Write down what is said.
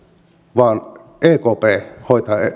vaan ekp hoitaa